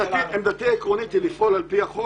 עמדתי העקרונית היא לפעול על פי החוק,